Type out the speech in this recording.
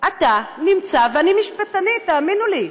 אתה נמצא, ואני משפטנית, תאמינו לי: